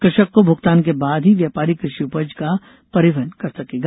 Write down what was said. कृषक को भुगतान के बाद ही व्यापारी कृषि उपज का परिवहन कर सकेगा